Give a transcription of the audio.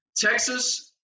Texas